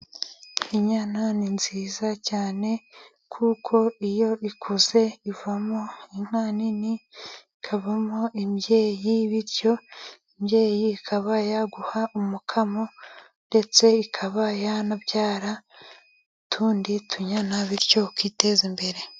Inyana ni nziza cyane, kuko iyo ikuze ivamo inka nini, ikavamo imbyeyi, bityo imbyeyi ikaba yaguha umukamo, ndetse ikaba yanabyara utundi tunyana, bityo ukiteza imbere.